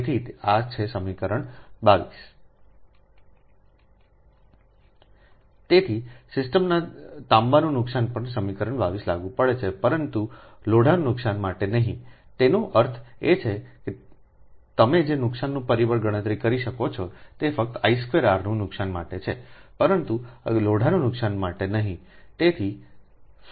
તેથીઆછેસમીકરણકહો22 તેથી સિસ્ટમના તાંબાના નુકસાન પર સમીકરણ 22 લાગુ પડે છે પરંતુ iron નુકસાન માટે નહીંતેનો અર્થ એ કે તમે જે નુકસાનનું પરિબળ ગણતરી કરી શકો છો તેફક્તi2R ના નુકસાન માટે છે પરંતુ આયર્નના નુકસાન માટે નહીં